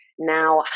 now